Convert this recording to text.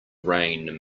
rain